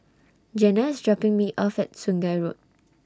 Jena IS dropping Me off At Sungei Road